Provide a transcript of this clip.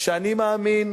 שאני מאמין